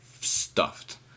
stuffed